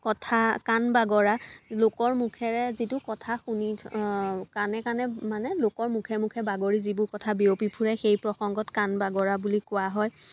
কথা কাণ বাগৰা লোকৰ মুখেৰে যিটো কথা শুনি কাণে কাণে মানে লোকৰ মুখে মুখে বাগৰি যিবোৰ কথা বিয়পি ফুৰে সেইপ্ৰসংগত কাণ বাগৰা বুলি কোৱা হয়